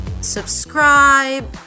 subscribe